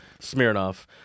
Smirnoff